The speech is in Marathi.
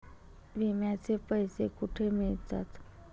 विम्याचे पैसे कुठे मिळतात?